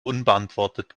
unbeantwortet